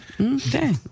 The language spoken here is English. okay